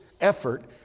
effort